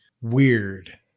weird